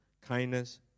kindness